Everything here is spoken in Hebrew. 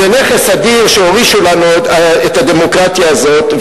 זה נכס אדיר שהורישו לנו את הדמוקרטיה הזאת,